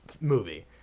movie